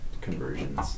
conversions